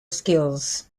skills